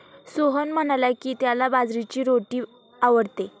सोहन म्हणाला की, त्याला बाजरीची रोटी आवडते